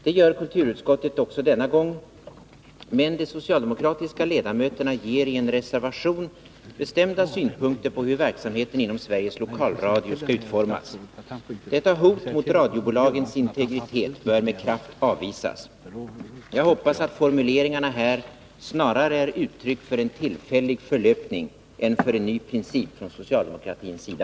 Det gör kulturutskottet också denna gång, men de socialdemokratiska ledamöterna ger i en reservation bestämda synpunkter på hur verksamheten inom Sveriges Lokalradio skall utformas. Detta hot mot radiobolagens integritet bör med kraft avvisas. Jag hoppas att formuleringarna här snarare är uttryck för en tillfällig förhoppning än för en ny princip från socialdemokratins sida.